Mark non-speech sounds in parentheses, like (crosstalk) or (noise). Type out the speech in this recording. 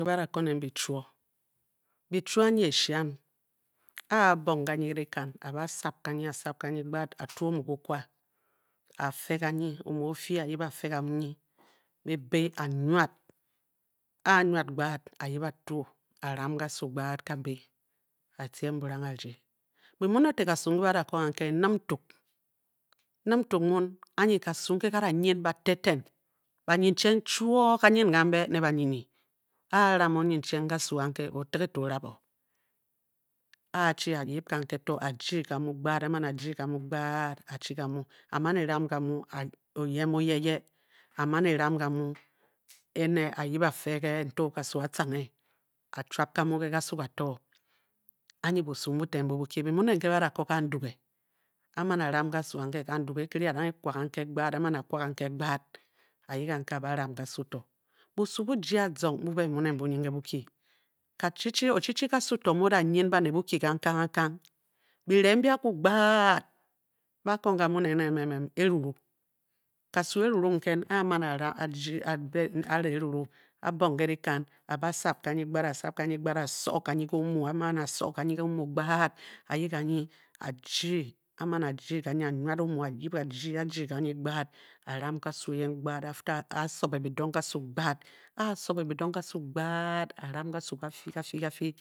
Mbi ba ko nen bichuo, bichuo anyi eshian, a a bong ganyi ke dikan, a-ba sab ganyi, a sab ganyi gbad, (noise) a-tu amu omu kikwa a-fe ganyi, omu o fyi a-yip a-fe ganyi, byi be a-nwad a a nwad gbad, a-yip a-tuu a-ram. Kasu gbad, a-tiem burang a-rdi. Bi mu to ne kasu nke ba da ko ganke nnimntuk, nnimntak mun anyi kasu nke ka da nyin bated ten. banyincheng chuoo, ka-nyin kambe ne banyinyi, a-ram onyincheng kasu anke, o-o tígè to o-rab o. a-chi a-yip kanke to, a-jyi kamu gbad, a-a man a-jyi kamu gbad a-chi kamu, a-man e-ram gamu o-yen mu yeye, a man e-ram gamu ene, a-yip a-fe ene a-yip a-fe ge nto kasie atcanghe, a-chuap kamu ke kasu, ka to, anyi busu mbuten mbu boki Bi muu ne nke ba da ko kanduge a-man a-ram kasu anke, kanduge ekere, a-danghe kwa kanke gbad, a-aman a-kwa kanke gbad, a-yip kanke a-da ram kasu to. Busu bu-jie azong mbu be byi muu ne mbu nyin ke Boki (unintelligible) o chichi kasu to mu o-da nyin baned Boki kangkang kangkang byire mbi akwu gbad, ba kong gamu (unintelligible) eruru, kasu eruru nken, a-man a-ram, a-jyi (unintelligible) a-re eruru, a-bong ke dyikan, a-ba sab kanyi gbad a-sab ganyi gbad a-so ganyi ke omu, a man a-so ganyi ke omu gbad, a-yip ganyi a-jyi, a man a-jyi ganyi, a-nwad o mu, a-yip a-jyi, a-jyi ganyi gbad, a-ram kasu eyen, gbad after a-soge bidong kasu gbad, a-soge bidong kasu a-ram kasu ka-fyi ka-fyi ka-fyi.